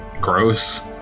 gross